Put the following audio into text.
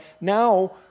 now